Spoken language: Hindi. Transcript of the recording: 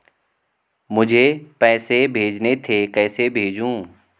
मुझे पैसे भेजने थे कैसे भेजूँ?